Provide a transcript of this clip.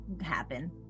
happen